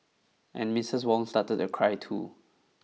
and Missus Wong started to cry too